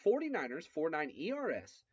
49ers49ERS